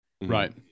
Right